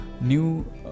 new